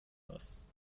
das